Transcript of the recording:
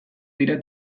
dira